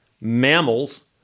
mammals